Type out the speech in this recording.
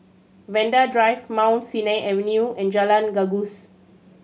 Vanda Drive Mount Sinai Avenue and Jalan Gajus